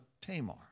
Tamar